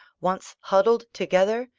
once huddled together,